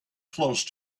close